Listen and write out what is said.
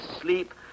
sleep